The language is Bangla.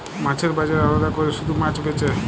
মাছের বাজারে আলাদা কোরে শুধু মাছ বেচে